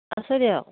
আছো দিয়ক